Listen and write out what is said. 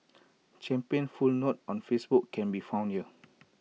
champion's full note on Facebook can be found here